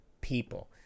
people